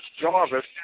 Jarvis